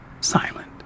silent